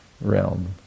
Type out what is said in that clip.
realm